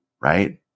right